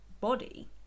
body